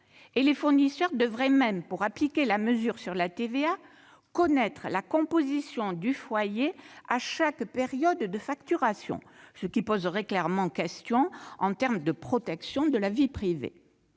et les fournisseurs devraient même, pour appliquer la mesure sur la TVA, connaître la composition du foyer à chaque période de facturation, ce qui poserait clairement question en termes de protection de la vie privée.